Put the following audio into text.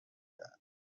دهد